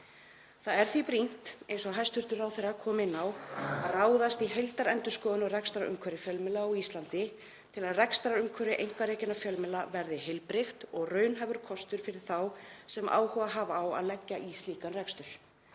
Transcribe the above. Það er því brýnt, eins og hæstv. ráðherra kom inn á, að ráðast í heildarendurskoðun á rekstrarumhverfi fjölmiðla á Íslandi til að rekstrarumhverfi einkarekinna fjölmiðla verði heilbrigt og raunhæfur kostur fyrir þá sem áhuga hafa á að leggja í slíkan rekstur.